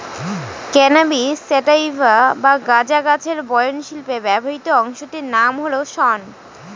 cannabis sativa বা গাঁজা গাছের বয়ন শিল্পে ব্যবহৃত অংশটির নাম হল শন